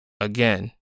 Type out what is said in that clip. again